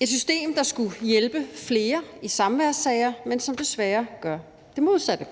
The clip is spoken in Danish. et system, der skulle hjælpe flere i samværssager, men som desværre gør det modsatte.